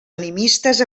animistes